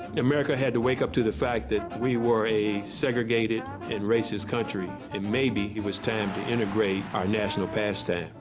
america had to wake up to the fact that we were a segregated and racist country, and maybe it was time to integrate our national pastime.